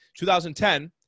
2010